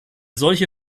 solche